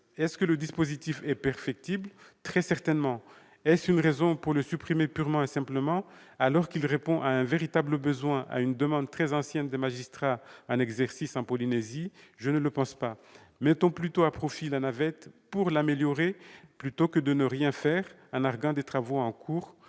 Papeete. Le dispositif est-il perfectible ? Très certainement. Est-ce une raison pour les supprimer purement et simplement, alors qu'il répond à un véritable besoin et à une demande très ancienne des magistrats en exercice en Polynésie ? Je ne le pense pas. Mettons à profit la navette pour l'améliorer, plutôt que de ne rien faire en arguant des travaux en cours